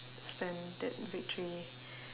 spend that victory